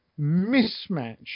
mismatch